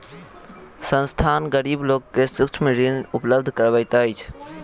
संस्थान, गरीब लोक के सूक्ष्म ऋण उपलब्ध करबैत अछि